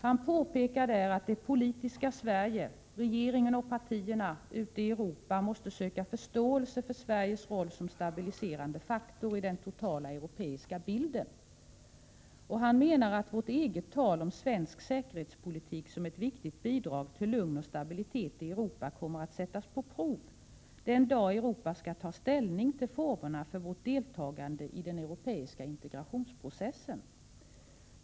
Han påpekar där att det politiska Sverige, regeringen och partierna, ute i Europa måste söka förståelse för Sveriges roll som stabiliserande faktor i den totala europeiska bilden. Han menar att vårt eget tal om svensk säkerhetspolitik som ett viktigt bidrag till lugn och stabilitet i Europa kommer att sättas på prov den dag Europa skall ta ställning till formerna för vårt deltagande i den europeiska integrationsprocessen.